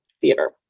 theater